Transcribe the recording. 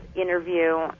interview